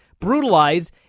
brutalized